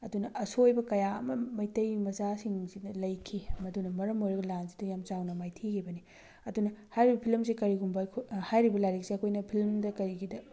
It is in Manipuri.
ꯑꯗꯨꯅ ꯑꯁꯣꯏꯕ ꯀꯌꯥ ꯑꯃ ꯃꯩꯇꯩ ꯃꯆꯥꯁꯤꯡꯁꯤꯅ ꯂꯩꯈꯤ ꯃꯗꯨꯅ ꯃꯔꯝ ꯑꯣꯏꯔꯒ ꯂꯥꯟꯁꯤꯗ ꯌꯥꯝ ꯆꯥꯎꯅ ꯃꯥꯏꯊꯤꯈꯤꯕꯅꯤ ꯑꯗꯨꯅ ꯍꯥꯏꯔꯤꯕ ꯐꯤꯂꯝꯁꯤ ꯀꯔꯤꯒꯨꯝꯕ ꯑꯩꯈꯣꯏ ꯍꯥꯏꯔꯤꯕ ꯂꯥꯏꯔꯤꯛꯁꯤ ꯑꯩꯈꯣꯏꯅ ꯐꯤꯂꯝꯗ ꯀꯩꯒꯤꯗ